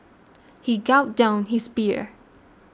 he gulped down his beer